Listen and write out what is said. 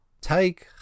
Take